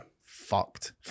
fucked